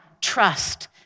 trust